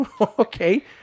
Okay